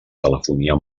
telefonia